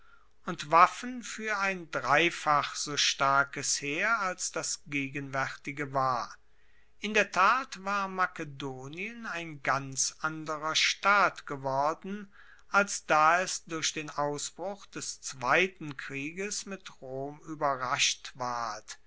und waffen fuer ein dreifach so starkes heer als das gegenwaertige war in der tat war makedonien ein ganz anderer staat geworden als da es durch den ausbruch des zweiten krieges mit rom ueberrascht ward